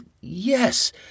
yes